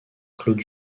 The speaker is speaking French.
claude